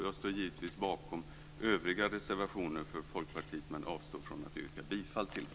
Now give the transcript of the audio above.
Jag står givetvis bakom övriga reservationer från Folkpartiet, men avstår från att yrka bifall till dem.